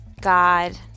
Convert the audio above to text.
God